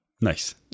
Nice